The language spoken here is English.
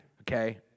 Okay